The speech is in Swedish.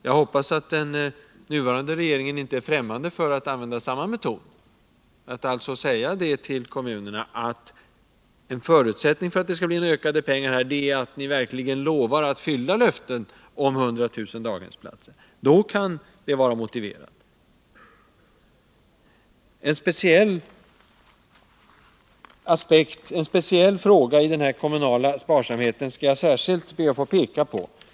Jag hoppas att den nuvarande regeringen inte är främmande för att använda samma metod och säga till kommunerna att en förutsättning för ökade pengar är att kommunerna verkligen lovar att hålla löftet om 100 000 daghemsplatser. Då kan det vara motiverat. En speciell fråga i den kommunala sparsamheten skall jag be att särskilt få peka på.